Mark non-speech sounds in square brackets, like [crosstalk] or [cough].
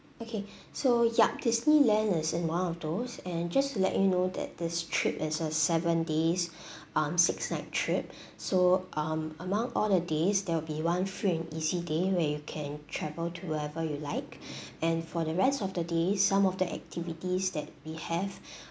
okay [breath] so yup disneyland is in one of those and just to let you know that this trip is a seven days [breath] um six night trip [breath] so um among all the days there will be one free and easy day where you can travel to wherever you like [breath] and for the rest of the days some of the activities that we have [breath]